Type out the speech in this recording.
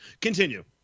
Continue